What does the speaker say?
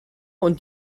und